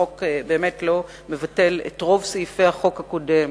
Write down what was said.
החוק לא מבטל את רוב סעיפי החוק הקודם.